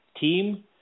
team